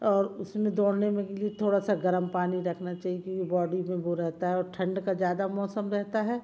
और उस में दौड़ने में के लिए थोड़ा सा गर्म पानी रखना चाहिए क्योंकि बॉडी में वो रहता है और ठण्ड का ज़्यादा मौसम रहता है